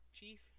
Chief